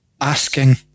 asking